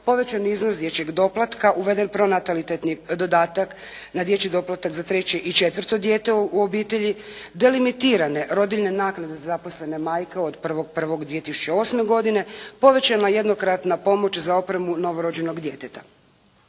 povećani iznos dječjeg doplatka, uveden pronatalitetni dodatak na dječji doplatak za treće i četvrto dijete u obitelji, delimitirane rodiljne naknade za zaposlene majke od 1.1.2008. godine, povećana jednokratna pomoć za opremu novorođenog djeteta.